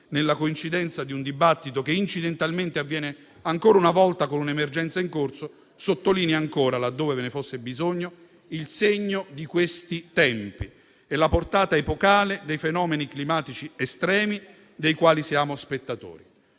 nella coincidenza di un dibattito che, incidentalmente, avviene ancora una volta con un'emergenza in corso, sottolinea ancora, laddove ve ne fosse bisogno, il segno di questi tempi e la portata epocale dei fenomeni climatici estremi dei quali siamo spettatori.